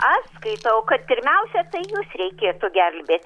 aš skaitau kad pirmiausia tai jus reikėtų gelbėti